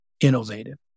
innovative